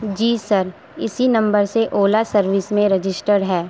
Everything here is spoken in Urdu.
جی سر اسی نمبر سے اولا سروس میں رجسٹر ہے